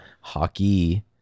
Hockey